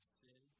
sin